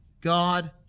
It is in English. God